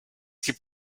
gibt